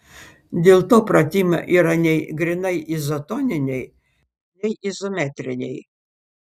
dėl to pratimai yra nei grynai izotoniniai nei izometriniai